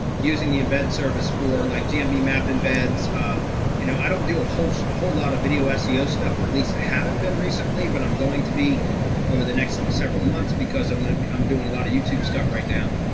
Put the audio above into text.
using the embed service for like gmb mapping beds. you know, i don't do a whole so whole lot of video seo stuff, or at least a haven't been recently. but i'm going to be over the next several months, because i'm going to be doing a lot of youtube stuff right now.